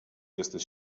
jesteś